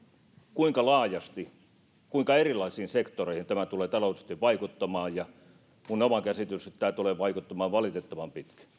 kuinka laajasti ja kuinka erilaisiin sektoreihin tämä tulee taloudellisesti vaikuttamaan ja oma käsitykseni on että tämä tulee vaikuttamaan valitettavan